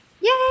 Yay